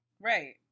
Right